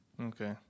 Okay